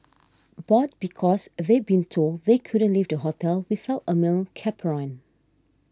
bored because they'd been told they couldn't leave the hotel without a male chaperone